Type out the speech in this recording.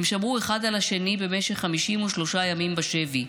הם שמרו אחד על השני במשך 53 ימים בשבי.